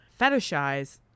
fetishize